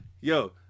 Yo